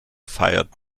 feiert